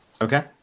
Okay